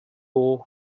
hoch